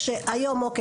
כשהיום אוקיי,